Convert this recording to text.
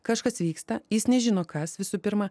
kažkas vyksta jis nežino kas visų pirma